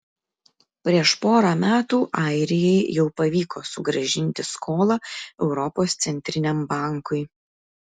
prieš porą metų airijai jau pavyko sugrąžinti skolą europos centriniam bankui